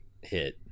hit